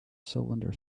cylinder